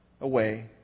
away